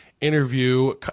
interview